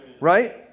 Right